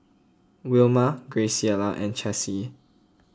Wilma Graciela and Chessie